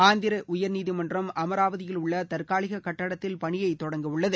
ஆந்திர உயர்நீதிமன்றம் அமராவதியில் உள்ள தற்காலிக கட்டிடத்தில் பணியை தொடங்கவுள்ளது